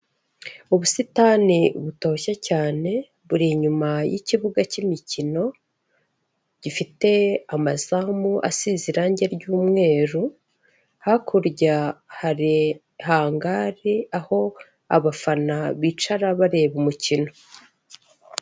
Ubusitani butoshye cyane buri inyuma y'ikibuga cy'imikino, gifite amazamu asize irange ry'umweru, hakurya hari hangari aho abafana bicara bareba umukino.